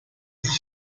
sich